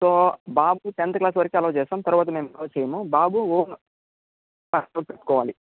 so బాబు tenth class వరకు allow చేస్తాం తర్వాత మేము అలో చేయము బాబు ఓన్ ట్రాన్స్పోర్ట్ పెట్టుకోవాలి